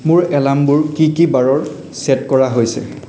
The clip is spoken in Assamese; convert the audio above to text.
মোৰ এলাৰ্মবোৰ কি কি বাৰৰ চে'ট কৰা হৈছে